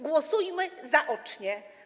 Głosujmy zaocznie.